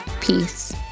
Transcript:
Peace